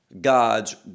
God's